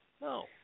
No